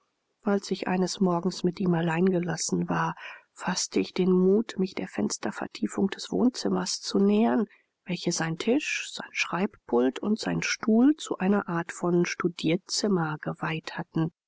als ich eines morgens mit ihm allein gelassen war faßte ich den mut mich der fenstervertiefung des wohnzimmers zu nähern welche sein tisch sein schreibpult und sein stuhl zu einer art von studierzimmer geweiht hatten